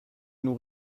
nous